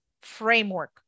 framework